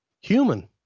human